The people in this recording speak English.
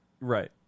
Right